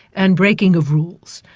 and breaking of rules.